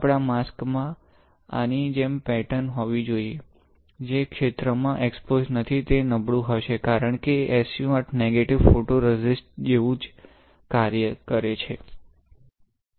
આપણા માસ્ક માં આની જેમ પેટર્ન હોવી જોઈએ જે ક્ષેત્ર એક્સ્પોસ્ડ નથી તે નબળું હશે કારણ કે SU 8 નેગેટિવ ફોટોરેઝિસ્ટ જેવું જ કાર્ય કરે છે